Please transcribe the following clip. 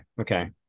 okay